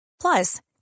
Plus